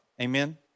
amen